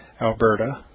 Alberta